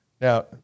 now